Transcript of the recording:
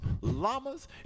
llamas